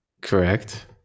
Correct